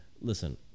Listen